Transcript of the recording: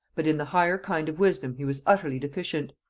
but in the higher kind of wisdom he was utterly deficient.